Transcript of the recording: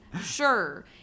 Sure